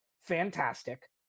Fantastic